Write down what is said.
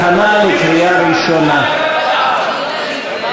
התשע"ג 2013,